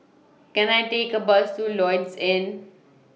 Can I Take A Bus to Lloyds Inn